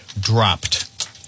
dropped